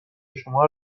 شما